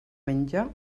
menja